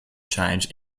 change